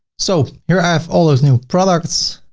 so here i have all those new products.